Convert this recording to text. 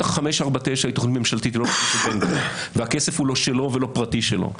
549 היא תוכנית ממשלתית והכסף הוא לא שלו והוא לא פרטי שלו.